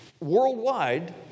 worldwide